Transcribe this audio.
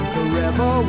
Forever